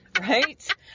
Right